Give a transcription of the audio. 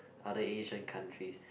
other Asian countries